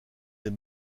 des